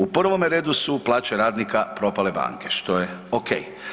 U prvome redu su plaće radnika propale banke, što je okej.